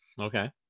okay